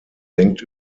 denkt